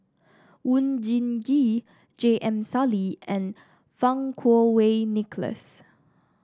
Oon Jin Gee J M Sali and Fang Kuo Wei Nicholas